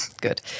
good